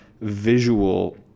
visual